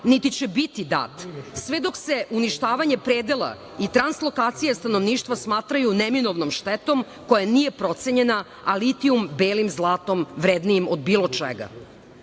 niti će biti dat, sve dok se uništavanje predela i translokacija stanovništva smatraju neminovnom štetom koja nije procenjena, a litijum belim zlatom vrednijim od bilo čega. Kada